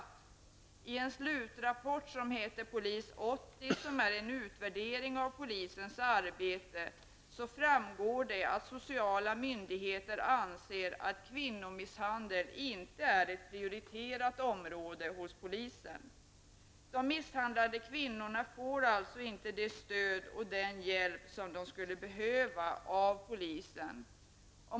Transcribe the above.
Av en slutrapport som heter Polis 80 och som är en utvärdering av polisens arbete framgår att sociala myndigheter anser att kvinnomisshandel inte är ett prioriterat område hos polisen. De misshandlade kvinnorna får alltså inte den hjälp och det stöd de skulle behöva hos polisen.